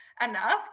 enough